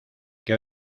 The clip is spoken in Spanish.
qué